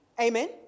Amen